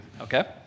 Okay